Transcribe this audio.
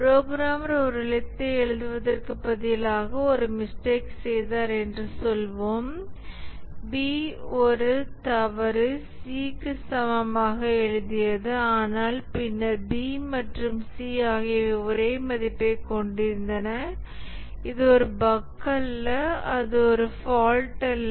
programmer ஒரு எழுத்தை எழுதுவதற்கு பதிலாக ஒரு மிஸ்டேக் செய்தார் என்று சொல்வோம் b ஒரு தவறு c க்கு சமமாக எழுதியது ஆனால் பின்னர் b மற்றும் c ஆகியவை ஒரே மதிப்பைக் கொண்டிருந்தன இது ஒரு பஃக் அல்ல அது ஒரு ஃபால்ட் அல்ல